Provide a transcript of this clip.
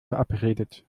verabredet